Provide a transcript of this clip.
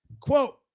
Quote